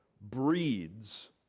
breeds